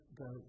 go